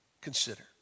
consider